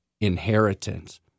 inheritance